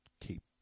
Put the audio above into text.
keep